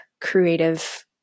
creative